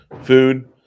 food